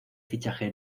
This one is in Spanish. fichaje